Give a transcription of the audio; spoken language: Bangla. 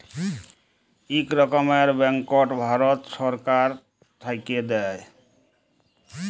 ইক রকমের ব্যাংকট ভারত ছরকার থ্যাইকে দেয়